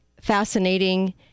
fascinating